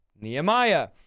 Nehemiah